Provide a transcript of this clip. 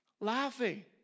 Laughing